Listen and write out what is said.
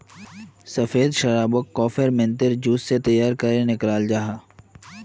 सफ़ेद शराबोक को फेर्मेंतेद जूस से तैयार करेह निक्लाल जाहा